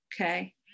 Okay